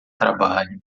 trabalho